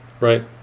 Right